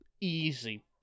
Easy